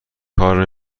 کار